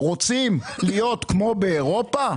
רוצים להיות כמו באירופה?